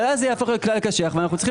אבל אז זה יהפוך לכלל קשיח ואנחנו צריכים